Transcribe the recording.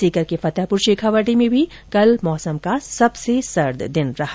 सीकर के फतेहपुर शेखावाटी में भी कल मौसम का सबसे सर्द दिन रहा